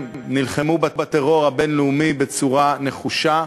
נלחמו בטרור הבין-לאומי בצורה נחושה,